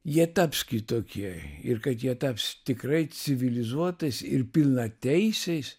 jie taps kitokie ir kad jie taps tikrai civilizuotais ir pilnateisiais